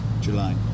July